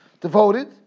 devoted